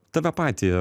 tave patį